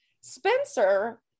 Spencer